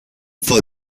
for